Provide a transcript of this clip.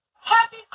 Happy